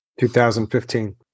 2015